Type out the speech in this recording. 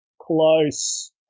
close